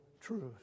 truth